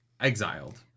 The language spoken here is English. Exiled